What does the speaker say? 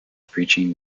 preaching